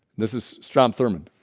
this is strom thurman.